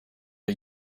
are